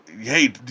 hey